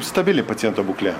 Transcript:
stabili paciento būklė